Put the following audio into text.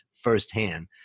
firsthand